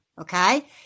Okay